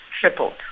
tripled